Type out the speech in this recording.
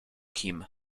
kim